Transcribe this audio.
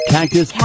Cactus